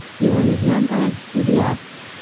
you want his number? udi asked.